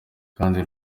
kandi